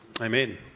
amen